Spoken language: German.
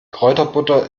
kräuterbutter